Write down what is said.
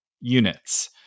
units